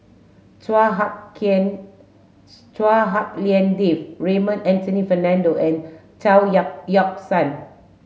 Chua Hak Chua Hak Lien Dave Raymond Anthony Fernando and Chao Yoke Yoke San